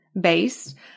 based